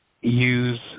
use